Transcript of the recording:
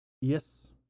Yes